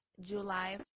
July